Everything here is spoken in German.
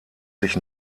sich